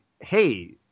hey